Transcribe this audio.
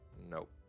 nope